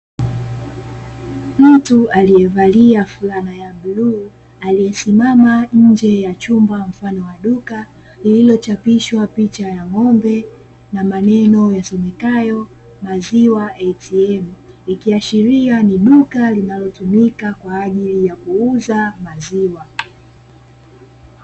Mtu aliyevalia flana ya bluu aliyesimama nje ya chumba mfano wa duka, lililochapishwa picha ya ng'ombe na maneno yasomekayo "MAZIWA ATM". Ikiashiria ni duka linalotumika kwa ajili ya kuuza maziwa.